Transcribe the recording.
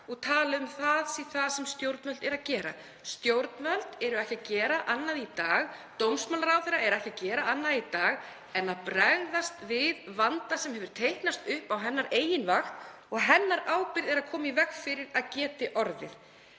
og tala um að það sé það sem stjórnvöld eru að gera. Stjórnvöld eru ekki að gera annað í dag, dómsmálaráðherra er ekki að gera annað í dag en að bregðast við vanda sem hefur teiknast upp á hennar eigin vakt og sem er á hennar ábyrgð að koma í veg fyrir að geti orðið.